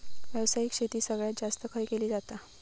व्यावसायिक शेती सगळ्यात जास्त खय केली जाता?